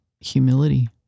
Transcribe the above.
humility